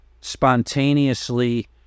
spontaneously